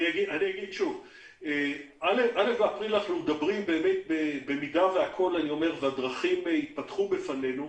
על אפריל מדברים במידה והדרכים ייפתחו בפנינו,